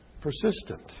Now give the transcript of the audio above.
persistent